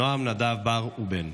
נעם, נדב, בר ובן.